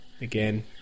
Again